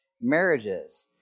marriages